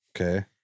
Okay